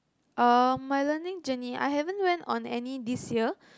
um my learning journey I haven't went on any this year